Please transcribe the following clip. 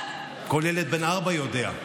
כל ילד בן ארבע יודע.